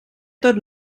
tot